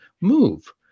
move